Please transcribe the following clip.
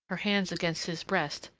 her hands against his breast,